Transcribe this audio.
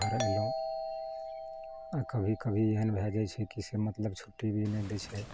घर एलहुँ आओर कभी कभी एहन भए जाइ छै कि से मतलब छुट्टी भी नहि दै छै